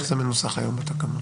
איך זה מנוסח היום בתקנות?